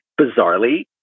bizarrely